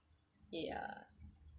ya